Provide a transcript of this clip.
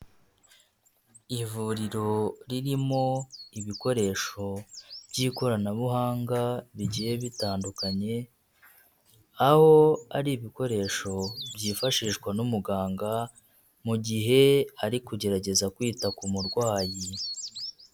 Ivuriro ririmo ibikoresho by'ikoranabuhanga bigiye bitandukanye aho ari ibikoresho byifashishwa n'umuganga mu gihe ari kugerageza kwita ku murwayi.